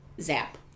zap